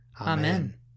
Amen